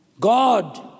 God